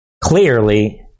clearly